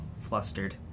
flustered